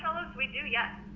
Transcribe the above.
we do, yes.